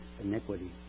iniquity